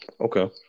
Okay